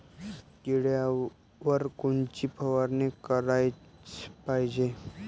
किड्याइवर कोनची फवारनी कराच पायजे?